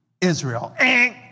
Israel